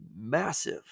massive